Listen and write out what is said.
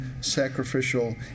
sacrificial